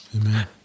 Amen